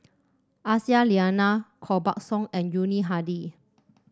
Aisyah Lyana Koh Buck Song and Yuni Hadi